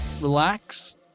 relax